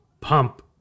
pump